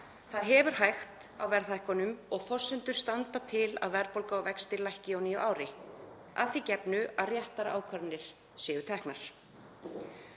Það hefur hægt á verðhækkunum og forsendur eru til að verðbólga og vextir lækki á nýju ári að því gefnu að réttar ákvarðanir verði teknar.